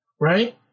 Right